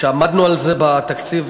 ועמדנו על זה בתקציב,